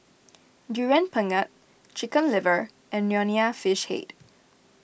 Durian Pengat Chicken Liver and Nonya Fish Head